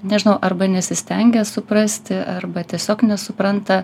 nežinau arba nesistengia suprasti arba tiesiog nesupranta